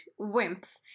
wimps